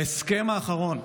בהסכם האחרון,